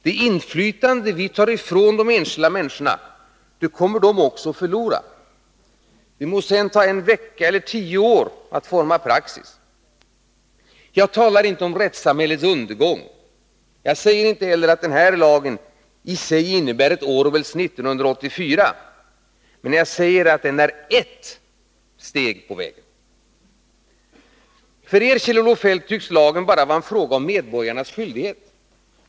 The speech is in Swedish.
Det inflytande vi fråntar de enskilda människorna kommer de också att förlora. Det må ta en vecka eller tio år att forma praxis. Jag talar inte om rättssamhällets undergång. Jag säger inte heller att den här lagen i sig innebär ett Orwells 1984. Men jag säger att den är eft steg på vägen. För er, Kjell-Olof Feldt, tycks denna lag bara vara en fråga om medborgarnas skyldigheter.